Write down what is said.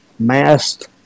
Masked